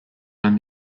when